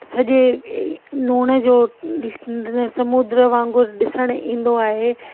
सॼे नूण जो समुद्र वांगुरु ॾिसणु ईंदो आहे